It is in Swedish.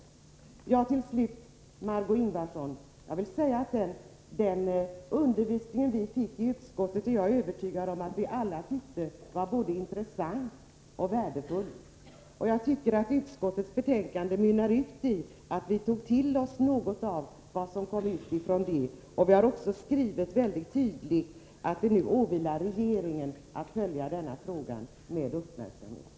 Till sist vill jag säga till Margé Ingvardsson att den undervisning vi fick i utskottet är jag övertygad om att alla tycker var både intressant och värdefull. Utskottets betänkande mynnar ut i att vi tog till oss något av det. Vi skriver också väldigt tydligt att det nu åvilar regeringen att följa frågan med uppmärksamhet.